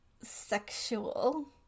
sexual